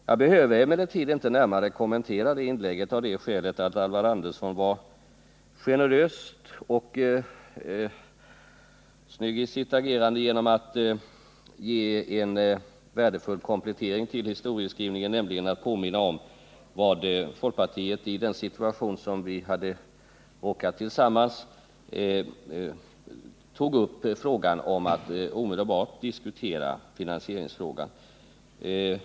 Jag behöver emellertid inte närmare kommentera Alvar Anderssons inlägg, eftersom han var generös och snygg i sitt agerande genom att ge ett värdefullt komplement till historieskrivningen när han påminde om att folkpartiet i den situation som vi gemensamt råkat in i hade sagt att finansieringsfrågan omedelbart skulle diskuteras.